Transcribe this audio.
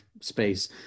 space